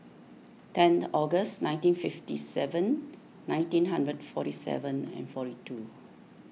ten August nineteen fifty seven nineteen hundred forty seven and forty two